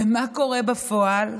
ומה קורה בפועל?